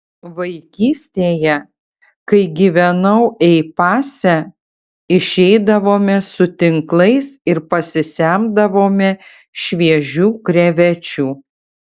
vaikystėje kai gyvenau ei pase išeidavome su tinklais ir pasisemdavome šviežių krevečių